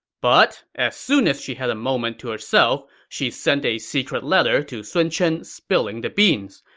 but as soon as she had a moment to herself, she sent a secret letter to sun chen, spilling the beans.